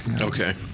Okay